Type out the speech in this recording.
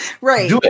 right